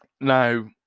Now